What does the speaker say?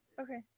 okay